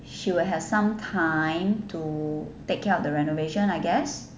she will have some time to take care of the renovation I guess